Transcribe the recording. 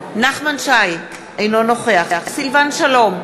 אינו נוכח סילבן שלום,